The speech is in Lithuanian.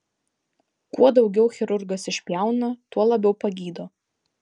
kuo daugiau chirurgas išpjauna tuo labiau pagydo